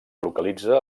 localitza